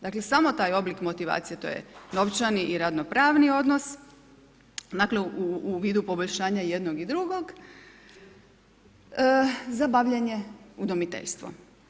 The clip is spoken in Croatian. Dakle, samo taj oblik motivacije to je novčani i radnopravni odnos u vidu poboljšanja jednog i drugog za bavljenje udomiteljstvom.